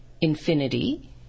infinity